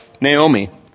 Naomi